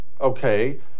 Okay